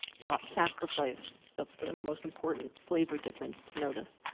not sacrifice. that's the most important flavor difference to notice.